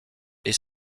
est